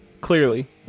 Clearly